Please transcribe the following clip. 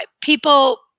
people